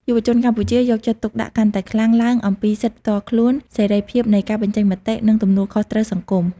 យុវជនកម្ពុជាយកចិត្តទុកដាក់កាន់តែខ្លាំងឡើងអំពីសិទ្ធិផ្ទាល់ខ្លួន សេរីភាពនៃការបញ្ចេញមតិ និងទំនួលខុសត្រូវសង្គម។